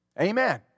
Amen